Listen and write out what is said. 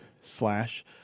slash